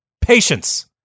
Patience